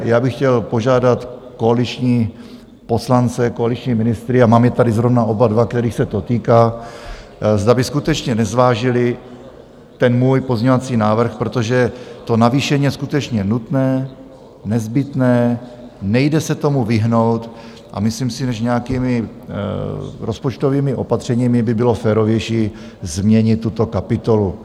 Já bych chtěl požádat koaliční poslance, koaliční ministry, a mám je tady zrovna oba dva, kterých se to týká, zda by skutečně nezvážili můj pozměňovací návrh, protože to navýšení je skutečně nutné, nezbytné, nejde se tomu vyhnout, a myslím si, než nějakými rozpočtovými opatřeními by bylo férovější změnit tuto kapitolu.